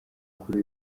kuri